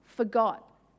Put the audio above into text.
Forgot